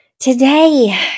Today